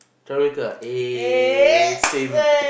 troublemaker ah eh same